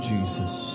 Jesus